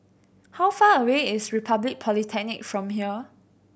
how far away is Republic Polytechnic from here